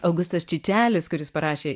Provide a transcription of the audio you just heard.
augustas čičelis kuris parašė